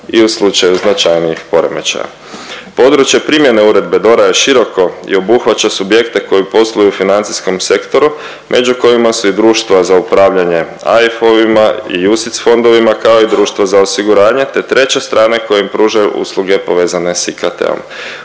i u slučaju značajnijih poremećaja. Područje primjene Uredbe DORA je široko i obuhvaća subjekte koji posluju u financijskom sektoru među kojima su i društva za upravljanje AIF-ovima i UCITS fondovima, kao i društva za osiguranje, te treće strane koje im pružaju usluge povezane s IKT-om.